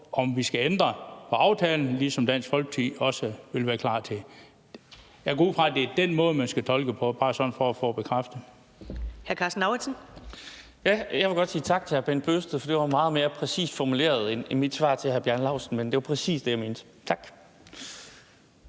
om vi skal ændre på aftalen, ligesom Dansk Folkeparti også vil være klar til det. Jeg går ud fra, at det er den måde, man skal tolke det på. Det er bare sådan for at få det bekræftet.